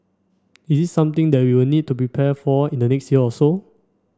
is this something that we would need to be prepared for in the next year or so